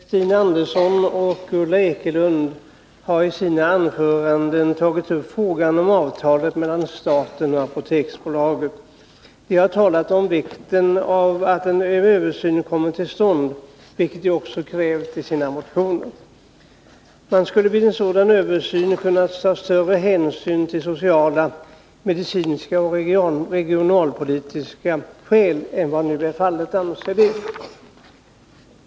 Herr talman! Stina Andersson och Ulla Ekelund har i sina anföranden tagit upp frågan om avtalet mellan staten och Apoteksbolaget. De har talat om vikten av att en översyn kommer till stånd, vilket de också har krävt i sina motioner. Man skuile vid en sådan översyn kunna ta större hänsyn till sociala, medicinska och regionalpolitiska skäl vid planerade apoteksnedläggelser än vad nu är fallet, anser de.